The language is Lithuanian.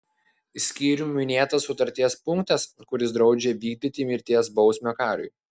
skyrium minėtinas sutarties punktas kuris draudžia vykdyti mirties bausmę kariui